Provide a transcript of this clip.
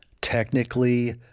technically